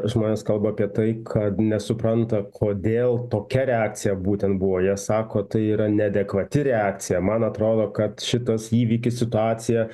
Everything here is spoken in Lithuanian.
žmonės kalba apie tai kad nesupranta kodėl tokia reakcija būtent buvo jie sako tai yra neadekvati reakcija man atrodo kad šitas įvykis situacija